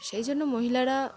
সেই জন্য মহিলারা